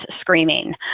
screaming